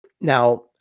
Now